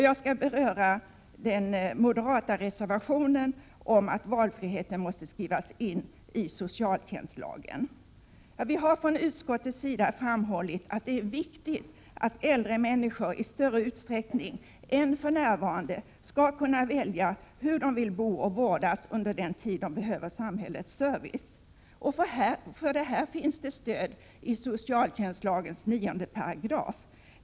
Jag skall beröra den moderata reservationen om att valfriheten måste skrivas in i socialtjänstlagen. Vi har från utskottets sida framhållit att det är viktigt att äldre människor i större utsträckning än för närvarande kan få välja hur de vill bo och vårdas under den tid de behöver samhällets service. För det här finns det också stöd i 9 § socialtjänstlagen.